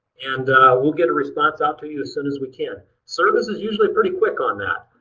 and we'll get a response out to you as soon as we can. service is usually pretty quick on that.